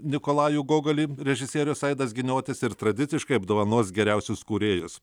nikolajų gogolį režisierius aidas giniotis ir tradiciškai apdovanos geriausius kūrėjus